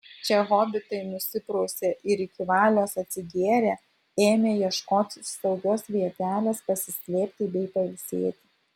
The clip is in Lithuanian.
čia hobitai nusiprausė ir iki valios atsigėrę ėmė ieškotis saugios vietelės pasislėpti bei pailsėti